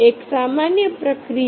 એક સામાન્ય પ્રક્રિયા